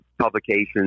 publications